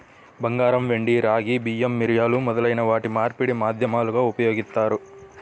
బంగారం, వెండి, రాగి, బియ్యం, మిరియాలు మొదలైన వాటిని మార్పిడి మాధ్యమాలుగా ఉపయోగిత్తారు